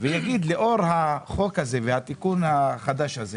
ויגיד לאור החוק הזה והתיקון החדש הזה